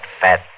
fat